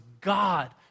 God